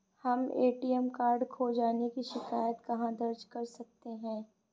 हम ATM card खो जाने की शिकायत कहाँ दर्ज कर सकते हैं?